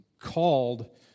called